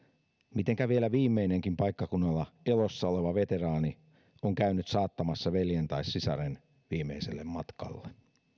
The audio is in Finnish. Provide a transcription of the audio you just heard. mitenkä vielä viimeinenkin paikkakunnalla elossa oleva veteraani on käynyt saattamassa veljen tai sisaren viimeiselle matkalle